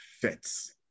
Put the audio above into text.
Fits